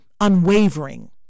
unwavering